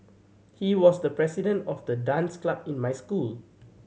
he was the president of the dance club in my school